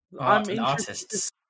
Artists